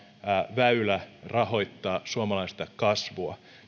väylä rahoittaa suomalaista kasvua